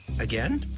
Again